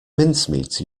mincemeat